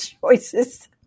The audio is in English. choices